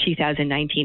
2019